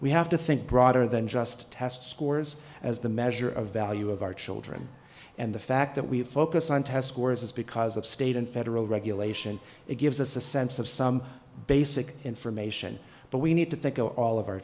we have to think broader than just test scores as the measure of value of our children and the fact that we focus on test scores is because of state and federal regulation it gives us a sense of some basic information but we need to think over all of our